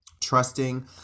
trusting